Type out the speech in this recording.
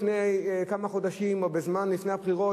לפני כמה חודשים או לפני הבחירות,